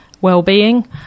well-being